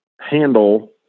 handle